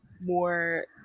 more